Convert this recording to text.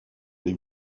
des